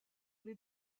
les